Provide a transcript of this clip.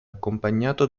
accompagnato